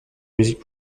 musique